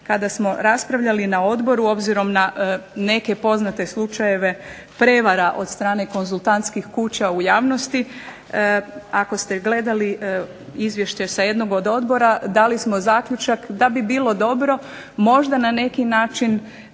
kada smo raspravljali na Odboru obzirom na neke poznate slučajeve prijevara od konzultantskih kuća u javnosti ako ste gledali izvješće sa jednog od odbora dali smo zaključak da bi bilo dobro, možda na neki način